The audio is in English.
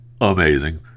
amazing